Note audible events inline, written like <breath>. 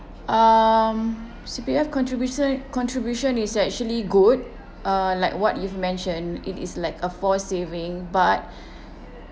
um C_P_F contribution contribution is actually good uh like what you've mentioned it is like a forced saving but <breath>